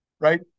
right